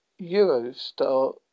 Eurostar